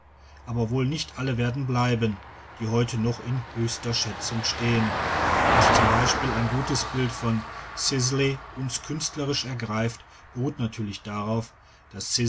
aber wohl nicht alle werden bleiben die heute noch in höchster schätzung stehen daß z b ein gutes bild von sisley uns künstlerisch ergreift beruht natürlich darauf daß